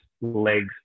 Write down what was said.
legs